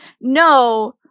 no